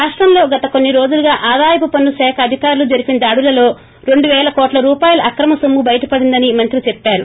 రాష్టంలో గత కొన్ని రోజులుగా కార్యాలు పన్ను శాఖ అధికారులు జరిపిన దొండులలో రెండు పేల కోట్ల రూపాయల అక్రమ నొమ్ము బయటపడిందని మంత్రి చెప్పారు